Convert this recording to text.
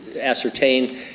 Ascertain